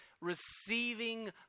receiving